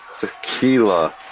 Tequila